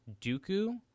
Dooku